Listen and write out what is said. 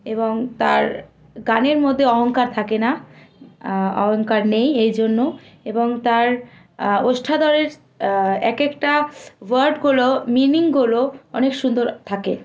এবং তার গানের মধ্যে অহংকার থাকে না অহংকার নেই এই জন্য এবং তার ওষ্ঠাদ্বয়ের এক একটা ওয়ার্ডগুলো মিনিংগুলো অনেক সুন্দর থাকে